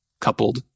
coupled